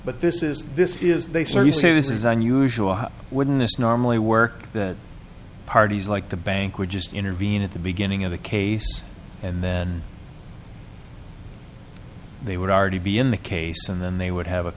but this is this is they serve you say this is unusual how wouldn't this normally work that parties like the bank would just intervene at the beginning of the case and then they would already be in the case and then they would have a